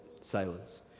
sailors